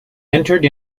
entered